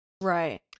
Right